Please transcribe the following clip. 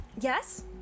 Yes